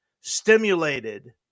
stimulated